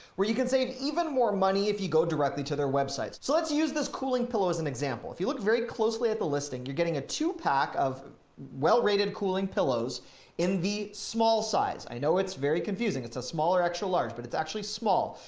where you can save even more money if you go directly to their websites. so let's use this cooling pillow as an example, if you look very closely at the listing, you're getting a two pack of well rated cooling pillows in the small size. i know it's very confusing. it's a smaller, actual large, but it's actually small,